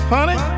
Honey